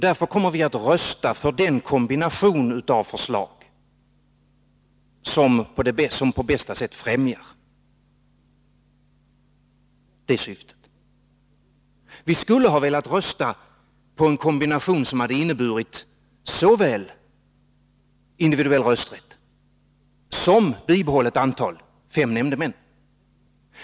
Därför kommer vi att rösta för den kombination av förslag som på bästa sätt främjar det syftet. Vi skulle ha velat rösta på en kombination som inneburit såväl individuell rösträtt som ett bibehållande av fem nämndemän.